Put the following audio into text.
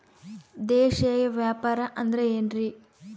ದೇಶೇಯ ವ್ಯಾಪಾರ ಅಂದ್ರೆ ಏನ್ರಿ?